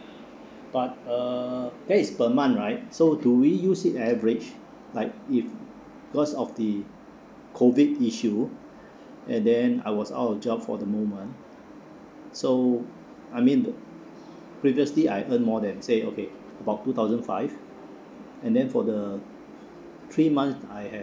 but uh that is per month right so do we use it average like if because of the COVID issue and then I was out of job for the moment so I mean th~ previously I earn more than say okay about two thousand five and then for the three months I have